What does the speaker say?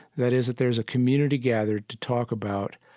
that is, that there's a community gathered to talk about